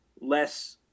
less